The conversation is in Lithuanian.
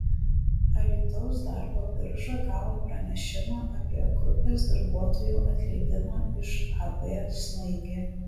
alytaus darbo birža gavo pranešimą apie grupės darbuotojų atleidimą iš ab snaigė